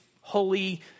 holy